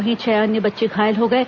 वहीं छह अन्य बच्चे घायल हो गए हैं